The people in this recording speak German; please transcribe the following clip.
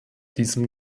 diesem